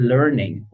Learning